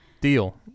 deal